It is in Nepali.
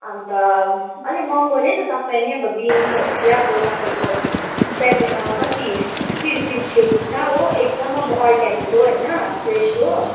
अन्त अलिक महँगो नै छ सबै नै अब बिन्सहरू चाहिँ अब तपाईँको सेभन कति सिक्सटी रुपिज केजी छ हो एकदम अब अर्ग्यानिक हो होइन फ्रेस हो